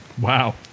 Wow